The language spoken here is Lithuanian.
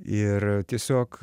ir tiesiog